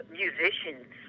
musicians